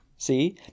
See